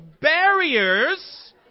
barriers